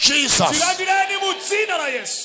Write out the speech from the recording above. Jesus